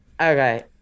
okay